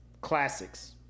classics